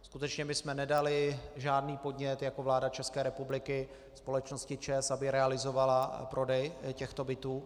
Skutečně my jsme nedali žádný podnět jako vláda České republiky společnosti ČEZ, aby realizovala prodej těchto bytů.